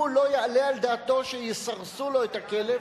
הוא לא יעלה על דעתו שיסרסו לו את הכלב,